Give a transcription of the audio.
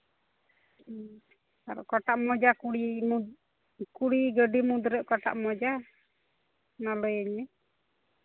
ᱚᱠᱟᱴᱟᱜ ᱢᱚᱡᱟ ᱠᱩᱲᱤ ᱜᱟᱹᱰᱤ ᱢᱩᱫᱽᱨᱮ ᱚᱠᱟᱴᱟᱜ ᱢᱚᱡᱟ ᱚᱱᱟ ᱞᱟᱹᱭᱟᱹᱧ ᱢᱮ